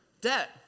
Debt